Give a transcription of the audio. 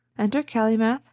enter calymath,